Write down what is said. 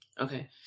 Okay